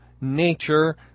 nature